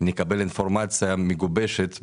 נקבל אינפורמציה מגובשת,